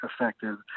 effective